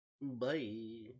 Bye